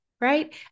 right